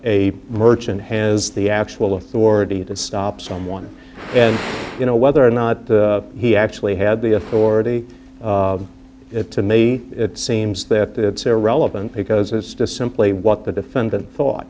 a merchant has the actual authority to stop someone and you know whether or not he actually had the authority it to me it seems that they're relevant because it's just simply what the defendant thought